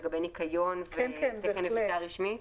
לגבי ניקיון וכן נביטה רשמית?